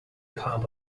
hub